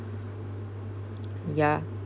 yeah